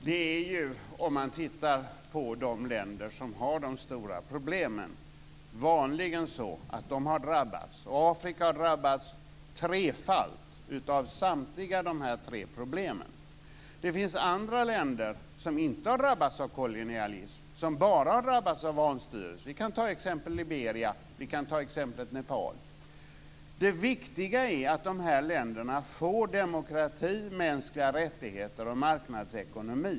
Fru talman! Om man tittar på de länder som har de stora problemen är det vanligen så att de har drabbats - Afrika har drabbats trefalt - av samtliga dessa tre problem. Det finns andra länder som inte har drabbats av kolonialism, som bara har drabbats av vanstyre. Vi kan ta Liberia eller Nepal som exempel. Det viktiga är att dessa länder får demokrati, mänskliga rättigheter och marknadsekonomi.